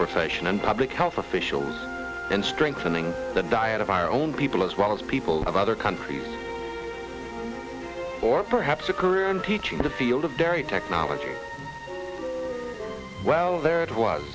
profession and public health officials in strengthening the diet of our own people as well as people of other countries or perhaps a career in teaching the field of dairy technology well there